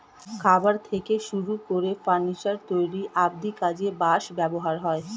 খাবার থেকে শুরু করে ফার্নিচার তৈরি অব্ধি কাজে বাঁশ ব্যবহৃত হয়